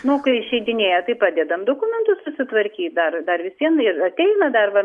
nu kai išeidinėja tai padedam dokumentus susitvarkyt dar dar vis vien ir ateina dar va